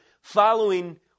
following